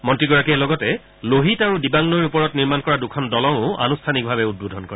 মন্ত্ৰীগৰাকীয়ে লগতে লোহিত আৰু দিবাং নৈৰ ওপৰত নিৰ্মাণ কৰা দুখন দলঙো আনুষ্ঠানিকভাৱে উদ্বোধন কৰে